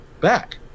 back